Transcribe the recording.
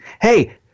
hey